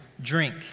drink